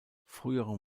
frühere